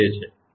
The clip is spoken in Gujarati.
J એ જંકશન છે